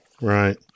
right